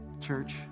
Church